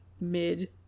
mid